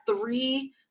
three